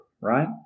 right